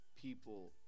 people